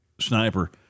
sniper